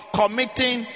committing